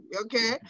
Okay